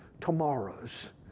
tomorrows